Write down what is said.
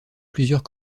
plusieurs